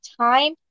time